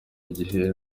igihe